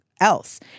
else